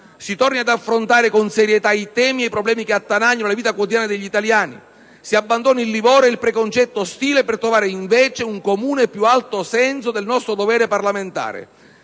Si torni ad affrontare con serietà i temi e i problemi che attanagliano la vita quotidiana degli italiani. Si abbandonino il livore e il preconcetto ostile per trovare, invece, un comune più alto senso del nostro dovere parlamentare.